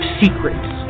secrets